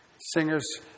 Singers